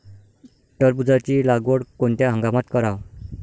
टरबूजाची लागवड कोनत्या हंगामात कराव?